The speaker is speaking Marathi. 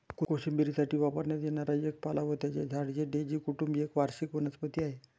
कोशिंबिरीसाठी वापरण्यात येणारा एक पाला व त्याचे झाड हे डेझी कुटुंब एक वार्षिक वनस्पती आहे